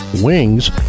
wings